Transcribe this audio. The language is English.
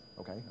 Okay